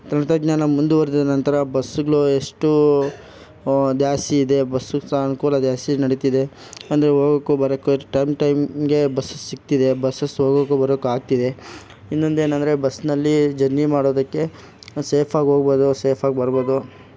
ತಂತ್ರಜ್ಞಾನ ಮುಂದುವರಿದ ನಂತರ ಬಸ್ಸುಗಳು ಎಷ್ಟು ದ್ಯಾಸ್ತಿ ಇದೆ ಬಸ್ಸು ಸಹ ಅನುಕೂಲ ಜಾಸ್ತಿ ನಡೀತಿದೆ ಅಂದರೆ ಹೋಗೋಕೂ ಬರೋಕು ಟೈಮ್ ಟೈಮ್ಗೆ ಬಸ್ ಸಿಗ್ತಿದೆ ಬಸ್ಸುಸ್ ಹೋಗೋಕೂ ಬರೋಕು ಆಗ್ತಿದೆ ಇನ್ನೊಂದೇನಂದರೆ ಬಸ್ನಲ್ಲಿ ಜರ್ನಿ ಮಾಡೋದಕ್ಕೆ ಸೇಫ್ ಆಗಿ ಹೋಗ್ಬೋದು ಸೇಫ್ ಆಗಿ ಬರ್ಬೋದು